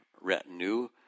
retinue